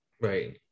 Right